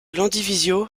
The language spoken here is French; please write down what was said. landivisiau